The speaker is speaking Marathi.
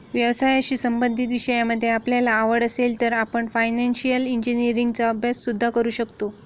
व्यवसायाशी संबंधित विषयांमध्ये आपल्याला आवड असेल तर आपण फायनान्शिअल इंजिनीअरिंगचा अभ्यास सुद्धा करू शकता